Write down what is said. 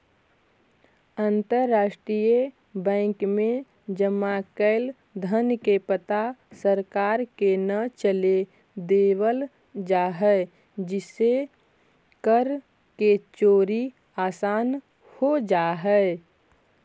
अंतरराष्ट्रीय बैंक में जमा कैल धन के पता सरकार के न चले देवल जा हइ जेसे कर के चोरी आसान हो जा हइ